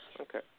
Okay